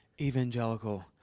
evangelical